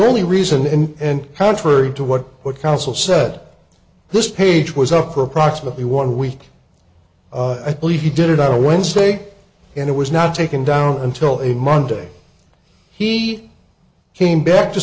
only reason and contrary to what what counsel said this page was up for approximately one week i believe he did it on a wednesday and it was not taken down until a monday he came back to